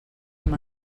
amb